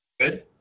Good